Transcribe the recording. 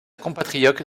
compatriote